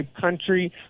country